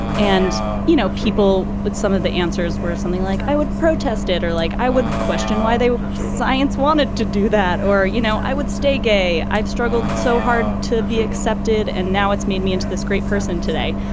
and you know people some of the answers were something like i would protest it or like i would question why they science wanted to do that or you know i would stay gay. i've struggled so hard to be accepted and now it's made me into this great person today.